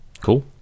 Cool